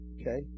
Okay